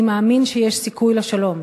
אני מאמין שיש סיכוי לשלום,